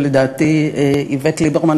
שלדעתי איווט ליברמן,